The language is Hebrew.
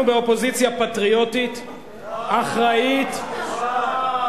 אנחנו באופוזיציה פטריוטית, אחראית, אוהו.